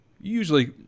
usually